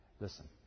Listen